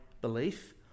belief